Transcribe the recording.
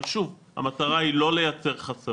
אבל, שוב, המטרה היא לא לייצר חסמים